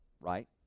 right